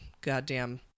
goddamn